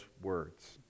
words